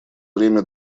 время